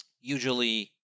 usually